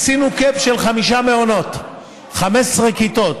עשינו cap של חמישה מעונות, 15 כיתות.